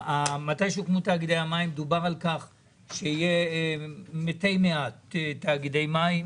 כשהוקמו תאגידי המים דובר על כך שיהיו מתי מעט תאגידי מים,